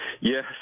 Yes